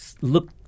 look